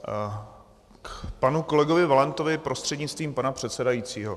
K panu kolegovi Valentovi prostřednictvím pana předsedajícího.